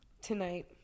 tonight